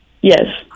Yes